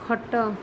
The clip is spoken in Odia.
ଖଟ